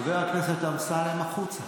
חבר הכנסת אמסלם, החוצה.